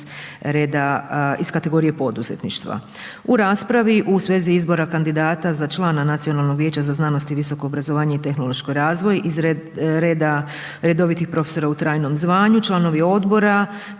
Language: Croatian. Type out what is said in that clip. iz kategorije poduzetništva. U raspravi u svezi izbora kandidata za člana Nacionalnog vijeća za znanost i visoko obrazovanje i tehnološki razvoj iz redovitih profesora u trajnom zvanju, članovi odbora